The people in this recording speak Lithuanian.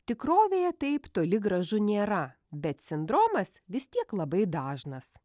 tikrovėje taip toli gražu nėra bet sindromas vis tiek labai dažnas